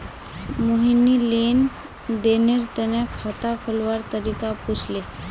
मोहिनी लेन देनेर तने खाता खोलवार तरीका पूछले